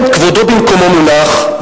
כבודו במקומו מונח,